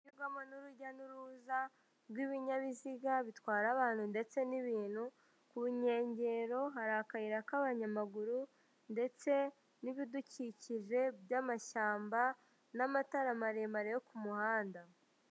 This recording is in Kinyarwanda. Urujya n'uruza rw'ibinyabiziga bitwara abantu ndetse n'ibintu, ku nkengero hari akayira k'abanyamaguru, ndetse n'ibidukikije by'amashyamba n'amatara maremare yo ku muhanda.